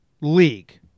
league